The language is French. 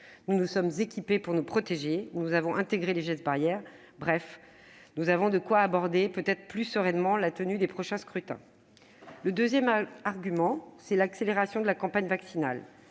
Nous nous sommes équipés pour nous protéger et avons intégré les gestes barrières. En somme, nous avons de quoi aborder plus sereinement la tenue des prochains scrutins. Le deuxième argument est l'accélération de la campagne vaccinale.